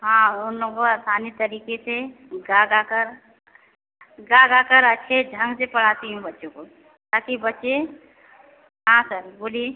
हाँ उन लोग को आसानी तरीके से गा गाकर गा गाकर अच्छे ढंग से पढ़ाती हूँ बच्चों को ताकि बच्चे हाँ सर बोलिए